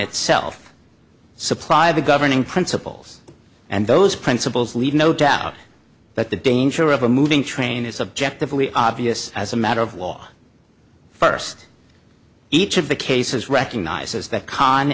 itself supply the governing principles and those principles leave no doubt that the danger of a moving train is subjectively obvious as a matter of law first each of the cases recognizes that con